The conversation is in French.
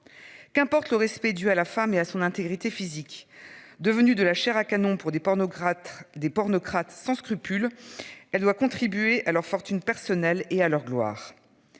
Qu'importe le respect dû à la femme et à son intégrité physique, devenu de la Chair à canon pour des pornocrate, des pornocrate sans scrupule. Elle doit contribuer à leur fortune personnelle et à leur gloire.